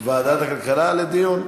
ועדת הכלכלה לדיון,